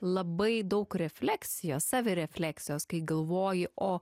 labai daug refleksijos savirefleksijos kai galvoji o